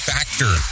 Factor